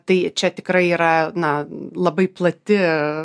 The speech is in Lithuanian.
tai čia tikrai yra na labai plati